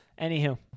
Anywho